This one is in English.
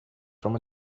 from